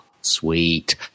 Sweet